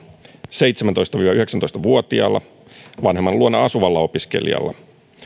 seitsemäntoista viiva yhdeksäntoista vuotiaalla vanhemman luona asuvalla opiskelijalla